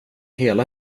hela